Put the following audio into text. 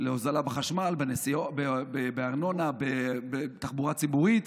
להוזלה בחשמל, בארנונה, בתחבורה ציבורית.